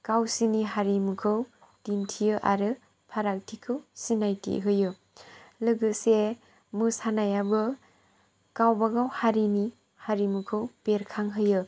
गावसिनि हारिमुखौ दिन्थियो आरो फारागथिखौ सिनायथि होयो लोगोसे मोसानायाबो गावबा गाव हारिनि हारिमुखौ बेरखांहोयो